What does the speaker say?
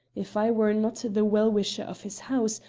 if i were not the well-wisher of his house,